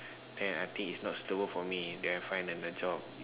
then I think is not suitable for me then I find another job